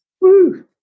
Woo